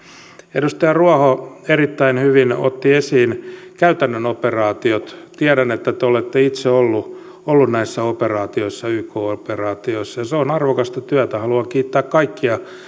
edustaja ruoho erittäin hyvin otti esiin käytännön operaatiot tiedän että te olette itse ollut ollut näissä yk operaatioissa ja se on arvokasta työtä haluan kiittää kaikkia